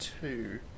two